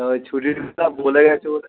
তই ছুটিরা বলে গেছে বলে